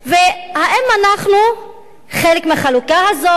והאם אנחנו חלק מהחלוקה הזאת?